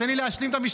תן לי להשלים את המשפט,